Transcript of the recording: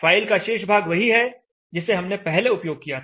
file का शेष भाग वही है जिसे हमने पहले उपयोग किया था